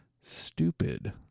stupid